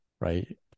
right